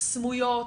סמויות,